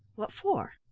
what for?